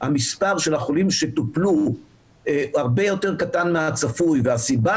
המספר של החולים שטופלו הרבה יותר קטן מהצפוי והסיבה